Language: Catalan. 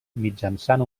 mitjançant